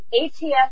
ATF